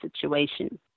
situation